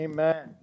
Amen